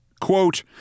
Quote